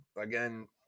Again –